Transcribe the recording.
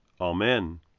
Amen